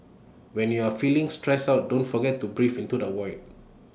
when you are feeling stressed out don't forget to breathe into the void